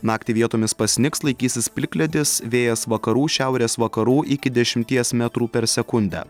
naktį vietomis pasnigs laikysis plikledis vėjas vakarų šiaurės vakarų iki dešimties metrų per sekundę